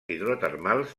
hidrotermals